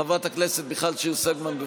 חברת הכנסת מיכל שיר סגמן, בבקשה.